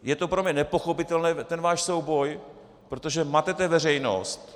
Je to pro mě nepochopitelné, ten váš souboj, protože matete veřejnost.